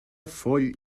foll